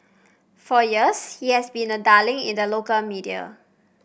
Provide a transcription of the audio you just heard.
for years he has been a darling in the local media